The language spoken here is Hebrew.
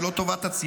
ולא טובת הציבור,